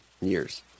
years